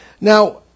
Now